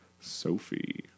Sophie